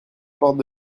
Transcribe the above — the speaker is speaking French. porte